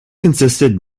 consisted